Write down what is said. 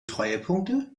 treuepunkte